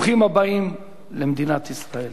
ברוכים הבאים למדינת ישראל.